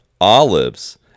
olives